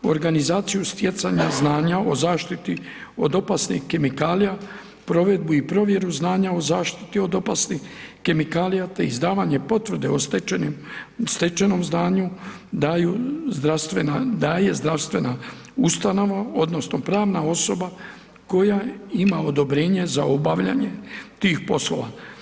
Organizaciju stjecanja znanja o zaštiti od opasnih kemikalija, provedbu i provjeru znanja o zaštiti od opasnih kemikalija, te izdavanje potvrde o stečenim, stečenom znanju daju zdravstvena, daje zdravstvena ustanova odnosno pravna osoba koja ima odobrenje za obavljanje tih poslova.